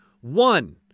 One